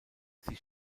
sie